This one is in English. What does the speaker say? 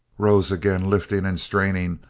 rose again lifting and straining,